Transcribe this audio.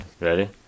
Ready